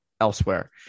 elsewhere